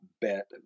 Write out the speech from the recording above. bet